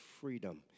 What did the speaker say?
freedom